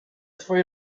twoi